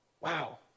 Wow